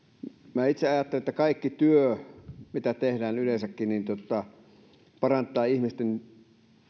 minä itse ajattelen että kaikki työ mitä tehdään yleensäkin parantaa ihmisten